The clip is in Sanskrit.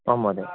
आम् महोदया